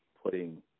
putting